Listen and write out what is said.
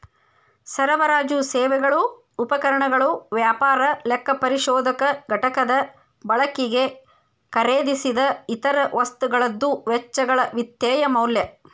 ಸರಬರಾಜು ಸೇವೆಗಳು ಉಪಕರಣಗಳು ವ್ಯಾಪಾರ ಲೆಕ್ಕಪರಿಶೋಧಕ ಘಟಕದ ಬಳಕಿಗೆ ಖರೇದಿಸಿದ್ ಇತರ ವಸ್ತುಗಳದ್ದು ವೆಚ್ಚಗಳ ವಿತ್ತೇಯ ಮೌಲ್ಯ